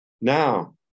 Now